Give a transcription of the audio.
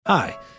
Hi